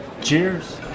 Cheers